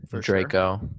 draco